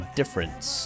difference